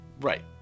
right